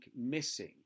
missing